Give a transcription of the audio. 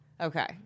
Okay